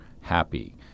happy